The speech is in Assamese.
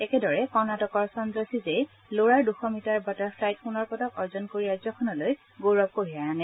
একেদৰে কৰ্ণাটকৰ সঞ্জয় চিজেই লৰাৰ দুশ মিটাৰ বাটাৰফ়াইত সোণৰ পদক অৰ্জন কৰি ৰাজ্যখনলৈ গৌৰৱ কঢ়িয়াই আনে